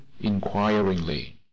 inquiringly